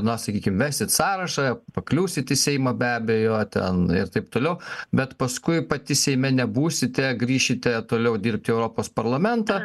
na sakykim vesit sąrašą pakliūsit į seimą be abejo ten ir taip toliau bet paskui pati seime nebūsite grįšite toliau dirbti į europos parlamentą